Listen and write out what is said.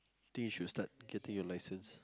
I think you should start getting your license